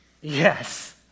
Yes